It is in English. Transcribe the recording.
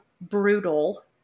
brutal